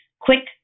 quick